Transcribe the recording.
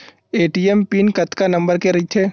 ATM PIN कतका number के रही थे?